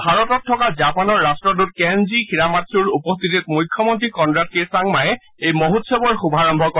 ভাৰতত থকা জাপানৰ ৰাট্টদূত কেনজি হিৰামাত্ছুৰ উপস্থিতিত মুখ্যমন্ত্ৰী কনৰাড কে চাংমাই এই মহোৎসৱৰ শুভাৰম্ভ কৰে